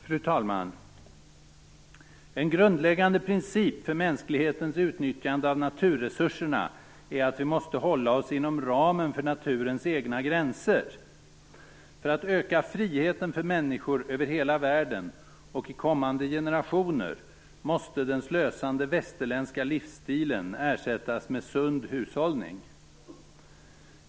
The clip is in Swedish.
Fru talman! En grundläggande princip för mänsklighetens utnyttjande av naturresurserna är att vi måste hålla oss inom ramen för naturens egna gränser. För att öka friheten för människor över hela världen och i kommande generationer måste den slösande västerländska livsstilen ersättas med sund hushållning.